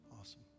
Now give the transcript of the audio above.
Awesome